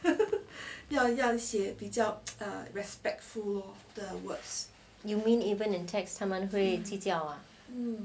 you mean even in text 他们会计较啊